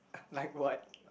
like what